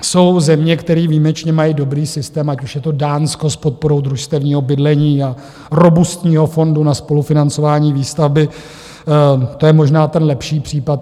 Jsou země, které výjimečně mají dobrý systém, ať už je to Dánsko s podporou družstevního bydlení a robustního fondu na spolufinancování výstavby, to je možná ten lepší případ.